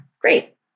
Great